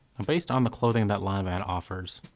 and based on the clothing that lanvin offers,